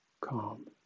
Calm